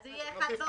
אז יהיה 1 באוקטובר.